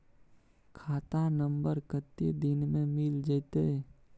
खाता नंबर कत्ते दिन मे मिल जेतै?